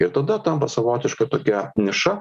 ir tada tampa savotiška tokia niša